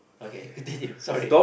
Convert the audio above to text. okay continue sorry